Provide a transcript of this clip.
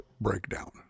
Breakdown